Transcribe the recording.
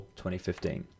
2015